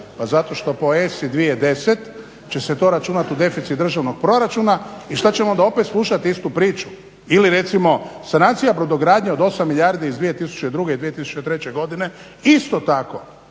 Pa zato što ESA-i 2010 će se to računati u deficit državnog proračuna i šta ćemo onda opet slušati istu priču. Ili recimo sanacija brodogradnje od 8 milijardi iz 2002., 2003.godine isto tako.